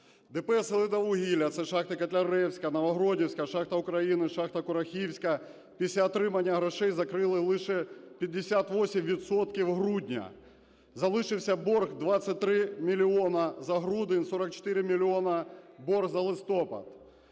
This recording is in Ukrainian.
ДП "Селидіввугілля" – це шахти "Котляревська", "Новогродівська", шахта "Україна", шахта "Курахівська". Після отримання грошей закрили лише 58 відсотків грудня, залишився борг 23 мільйони – за грудень, 44 мільйони борг за листопад.